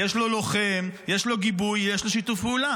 -- יש לו לוחם, יש לו גיבוי, יש לו שיתוף פעולה.